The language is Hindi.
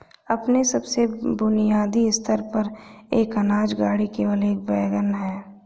अपने सबसे बुनियादी स्तर पर, एक अनाज गाड़ी केवल एक वैगन है